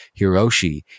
Hiroshi